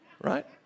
right